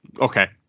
okay